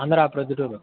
Andhra Proddatur